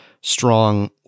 strong